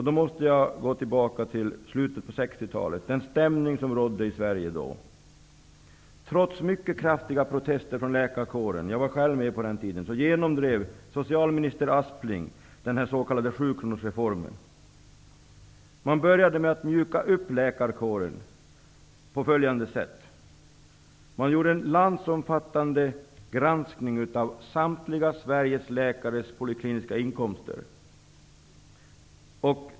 Jag måste gå tillbaka till slutet av 60-talet och den stämning som rådde i Sverige då. Trots mycket kraftiga protester från läkarkåren genomdrev socialminister Aspling den s.k. sjukronorsreformen. Läkarkåren mjukades först upp med en landsomfattande granskning av samtliga läkares polikliniska inkomster.